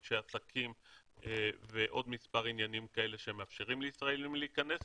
אנשי עסקים ועוד מספר עניינים כאלה שמאפשרים לישראלים להיכנס.